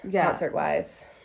concert-wise